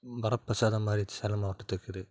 வரப்பிரசாதம் மாதிரி சேலம் மாவட்டத்துக்கு இது